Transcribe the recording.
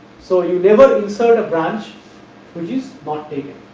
so, you never insert a branch which is not taken,